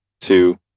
two